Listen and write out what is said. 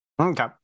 Okay